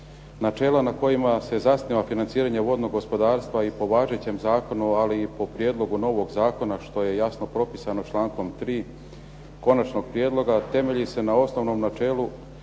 Načela na kojima se zasniva financiranje vodnog gospodarstva i po važećem zakonu, ali i po prijedlogu novog zakona što je jasno propisano člankom 3. konačnog prijedloga temelji se na osnovnom načelu